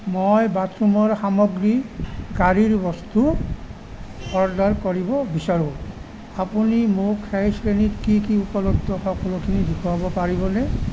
মই বাথৰুমৰ সামগ্ৰী গাড়ীৰ বস্তু অৰ্ডাৰ কৰিব বিচাৰোঁ আপুনি মোক সেই শ্ৰেণীত কি কি উপলব্ধ সকলোখিনি দেখুৱাব পাৰিবনে